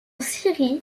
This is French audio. syrie